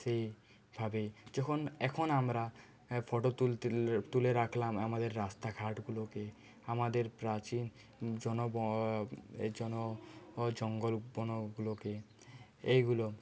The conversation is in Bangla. সেইভাবে যখন এখন আমরা ফটো তুলতে লে তুলে রাখলাম আমাদের রাস্তা ঘাটগুলোকে আমাদের প্রাচীন জন জন জঙ্গল বনগুলোকে এইগুলো